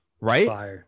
Right